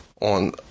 On